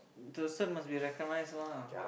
the cert must be recognise lah